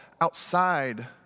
outside